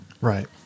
Right